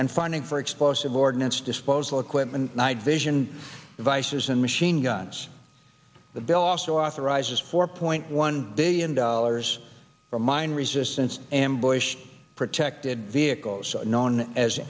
and funding for explosive ordinance disposal equipment night vision devices and machine guns the bill also authorizes four point one billion dollars for mine resistance and bush protected vehicles known as